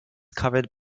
covered